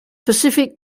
pacific